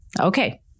Okay